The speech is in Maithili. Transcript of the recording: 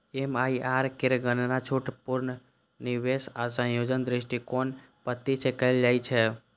एम.आई.आर.आर केर गणना छूट, पुनर्निवेश आ संयोजन दृष्टिकोणक पद्धति सं कैल जाइ छै